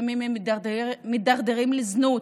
לפעמים הם מידרדרים לזנות,